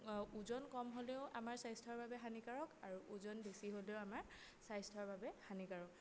ওজন কম হ'লেও আমাৰ স্ৱাস্থ্যৰ বাবে হানিকাৰক আৰু ওজন বেছি হ'লেও আমাৰ স্ৱাস্থ্যৰ বাবে হানিকাৰক